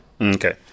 Okay